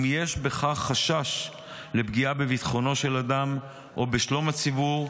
אם יש בכך חשש לפגיעה בביטחונו של אדם או בשלום הציבור,